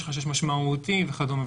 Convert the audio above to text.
יש חשש משמעותי וכדומה.